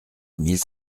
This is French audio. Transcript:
mille